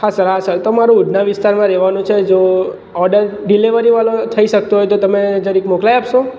હા સર હા સર તો મારે ઉધના વિસ્તારમાં રહેવાનું છે જો ઓર્ડર ડીલિવરીવાળો થઈ શકતો હોય તો તમે જરીક મોકલાવી આપશો